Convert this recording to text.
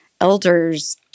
elders